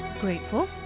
grateful